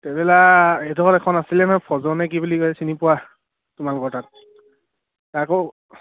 traveller এইডখৰত এখন আছিলে নহয় ফজৰ নে কি বুলি কয় চিনি পোৱা তোমালোকৰ তাত তাকো